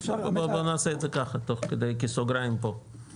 בוא נעשה את זה ככה תוך כדי כסוגריים פה,